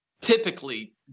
typically